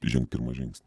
žengt pirmą žingsnį